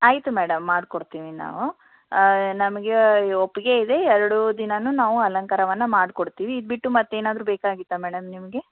ಆಯಿತು ಮೇಡಮ್ ಮಾಡಿಕೊಡ್ತೀವಿ ನಾವು ನಮಗೆ ಒಪ್ಪಿಗೆ ಇದೆ ಎರಡೂ ದಿನವೂ ನಾವು ಅಲಂಕಾರವನ್ನು ಮಾಡಿಕೊಡ್ತೀವಿ ಇದು ಬಿಟ್ಟು ಮತ್ತೇನಾದರೂ ಬೇಕಾಗಿತ್ತಾ ಮೇಡಮ್ ನಿಮಗೆ